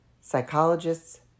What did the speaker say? psychologists